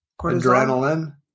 adrenaline